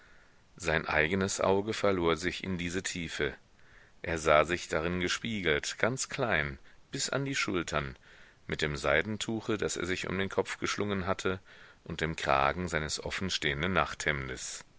sein eigenes auge verlor sich in diese tiefe er sah sich darin gespiegelt ganz klein bis an die schultern mit dem seidentuche das er sich um den kopf geschlungen hatte und dem kragen seines offen stehenden nachthemdes